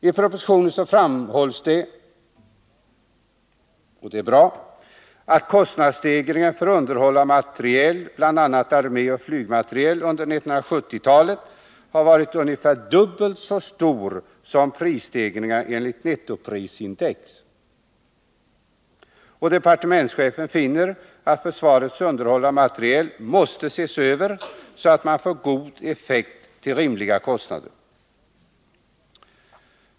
I propositionen framhålls det — och det är bra — att kostnadsstegringen för underhåll och materiel, bl.a. armé och flygmateriel. under 1970-talet har varit ungefär dubbelt så stor som prisstegringarna enligt nettoprisindex. Departementschefen finner att försvarets underhåll av materiel måste ses över, så att man får god effekt till rimliga kostnader.